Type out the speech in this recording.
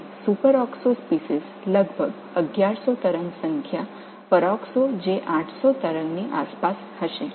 எனவே சூப்பராக்ஸோ இனங்கள் சுமார் 1100 அலைஎண் பெராக்சோவிற்கு 800 அலைஎண்ணாக இருக்கும்